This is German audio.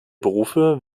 berufe